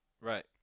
right